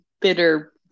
bitter